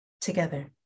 together